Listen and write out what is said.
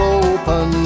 open